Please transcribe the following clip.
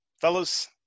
Fellas